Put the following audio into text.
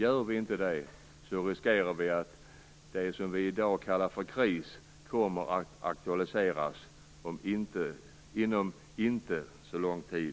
Gör vi inte det riskerar vi att det som vi i dag kallar för kris kommer att aktualiseras inom en inte alltför lång tid.